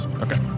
okay